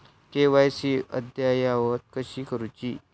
KYC अद्ययावत कशी करुची?